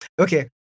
Okay